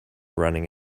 running